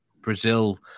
Brazil